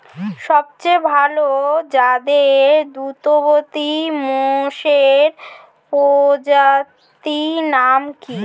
সবচেয়ে ভাল জাতের দুগ্ধবতী মোষের প্রজাতির নাম কি?